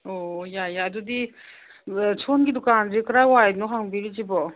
ꯑꯣ ꯌꯥꯏ ꯌꯥꯏ ꯑꯗꯨꯗꯤ ꯑꯥ ꯁꯣꯝꯒꯤ ꯗꯨꯀꯥꯟꯁꯤ ꯀꯔꯥꯏ ꯋꯥꯏꯗꯅꯣ ꯍꯥꯡꯕꯤꯔꯤꯁꯤꯕꯣ